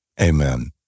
amen